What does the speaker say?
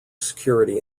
security